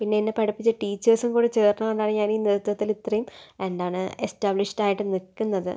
പിന്നെ എന്നെ പഠിപ്പിച്ച ടീച്ചേഴ്സും കൂടി ചേർന്നുകൊണ്ടാണ് ഞാനീ നൃത്തത്തിലിത്രയും എന്താണ് എസ്റ്റാബ്ലിഷ്ഡ് ആയിട്ട് നിൽക്കുന്നത്